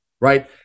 right